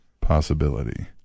possibility